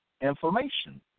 information